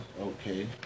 Okay